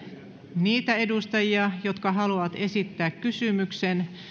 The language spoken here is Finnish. niitä edustajia jotka haluavat esittää kysymyksen